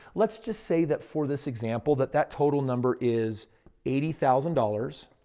let's just say that for this example that that total number is eighty thousand dollars.